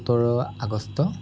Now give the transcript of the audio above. সোতৰ আগষ্ট